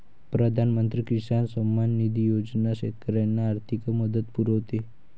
प्रधानमंत्री किसान सन्मान निधी योजना शेतकऱ्यांना आर्थिक मदत पुरवते